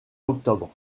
octobre